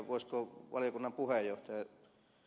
voisiko valiokunnan puheenjohtaja ed